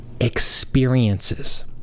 experiences